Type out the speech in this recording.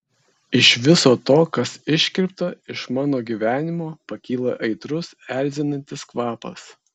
iš viso to kas iškirpta iš mano gyvenimo pakyla aitrus erzinantis kvapas